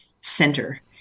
center